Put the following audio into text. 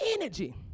energy